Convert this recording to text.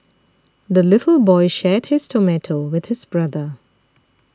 the little boy shared his tomato with his brother